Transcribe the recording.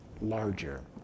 larger